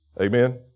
Amen